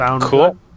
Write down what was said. Cool